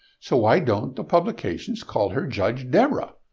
so why don't the publications call her judge deborah?